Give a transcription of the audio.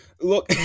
Look